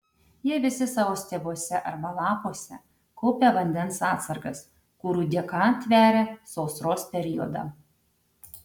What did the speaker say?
jie visi savo stiebuose arba lapuose kaupia vandens atsargas kurių dėka tveria sausros periodą